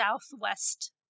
southwest